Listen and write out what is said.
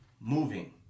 moving